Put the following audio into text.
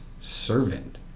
servant